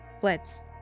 Blitz